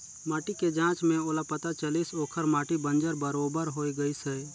माटी के जांच में ओला पता चलिस ओखर माटी बंजर बरोबर होए गईस हे